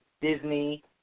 Disney